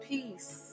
Peace